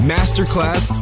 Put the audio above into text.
Masterclass